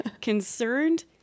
concerned